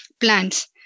plants